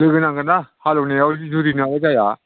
लोगो नांगोनना हालेवनायाव जुरिनायाव जाया